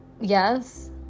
yes